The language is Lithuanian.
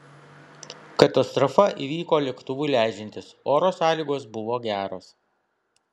katastrofa įvyko lėktuvui leidžiantis oro sąlygos buvo geros